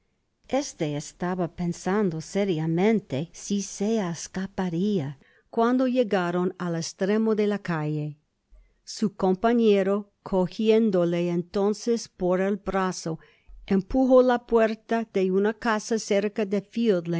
este estaba pensando seriamente si se escaparia cuando llegaron al cstremo de la calle su compañero cojiéndole entonces por el brazo empujo la puerta de una casa cerca de